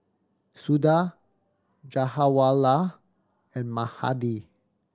Suda Jawaharlal and Mahade